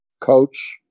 Coach